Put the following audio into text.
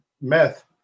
meth